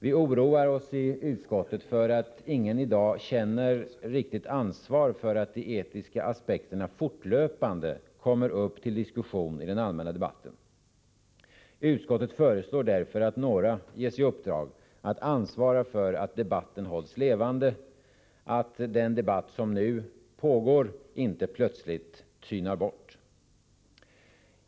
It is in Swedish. Vi oroar oss i utskottet för att ingen i dag känner riktigt ansvar för att de etiska aspekterna fortlöpande kommer upp till diskussion i den allmänna debatten. Utskottet föreslår därför att några ges i uppdrag att ansvara för att debatten hålls levande, att den debatt som nu pågår inte bara plötsligt tynar bort.